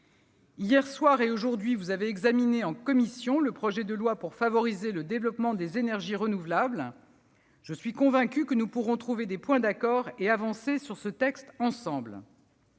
Hier soir et aujourd'hui, vous avez examiné en commission le projet de loi relatif à l'accélération de la production d'énergies renouvelables. Je suis convaincue que nous pourrons trouver des points d'accord et avancer sur ce texte ensemble.